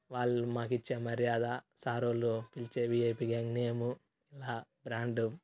వాళ్ళు మాకిచ్చే మర్యాద సార్ వాళ్ళు పిలిచే వీఐపీ గ్యాంగ్ నేము ఇలా బ్రాండు